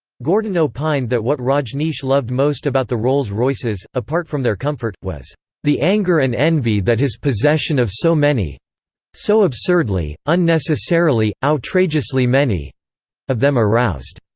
gordon opined that what rajneesh loved most about the rolls-royces, apart from their comfort, was the anger and envy that his possession of so many so absurdly, unnecessarily, outrageously many of them aroused.